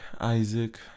Isaac